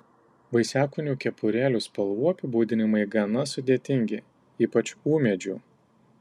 vaisiakūnių kepurėlių spalvų apibūdinimai gana sudėtingi ypač ūmėdžių